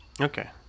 Okay